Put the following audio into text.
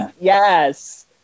yes